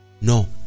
No